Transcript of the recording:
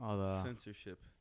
Censorship